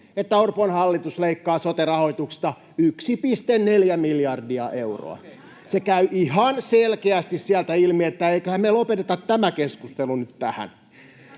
että Orpon hallitus leikkaa sote-rahoituksesta 1,4 miljardia euroa. Se käy ihan selkeästi sieltä ilmi, niin että eiköhän me lopeteta tämä keskustelu nyt tähän.